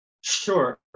Sure